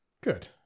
Good